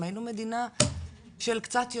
אם היינו מדינה של קצת יותר,